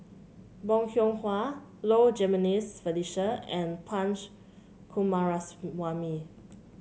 Bong Hiong Hwa Low Jimenez Felicia and Punch Coomaraswamy